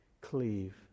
cleave